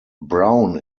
brown